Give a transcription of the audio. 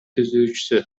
түзүүчүсү